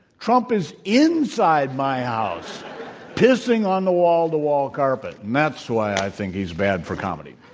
trump is inside my house pissing on the wall-to-wall carpet. and that's why i think he's bad for comedy.